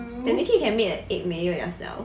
technically you can make an egg mayo yourself